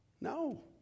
No